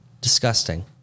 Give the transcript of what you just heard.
Disgusting